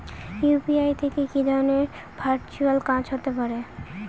UPI থেকে কি ধরণের ভার্চুয়াল কাজ হতে পারে?